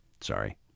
Sorry